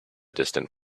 distant